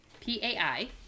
P-A-I